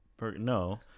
No